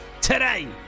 Today